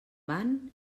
van